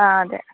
ആ അതെ